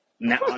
now